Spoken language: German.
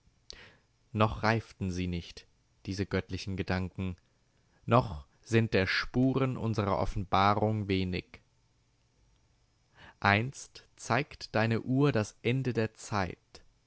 noch reiften sie nicht diese göttlichen gedanken noch sind der spuren unserer offenbarung wenig einst zeigt deine uhr das ende der zeit